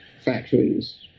factories